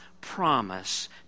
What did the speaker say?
promise